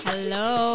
Hello